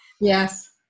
Yes